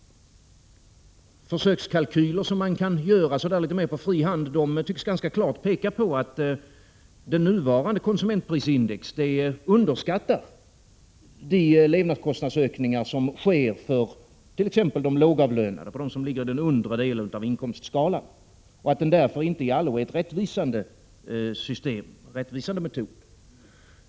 Försökskalkyler som man kan göra litet mer på fri hand tycks ganska klart peka på att det nuvarande konsumentprisindexet är underskattat — när det gäller levnadskostnadsökningar för t.ex. de lågavlönade, dvs. dem som befinner sig i den undre delen av inkomstskalan. Därför är detta inte någon rättvisande metod.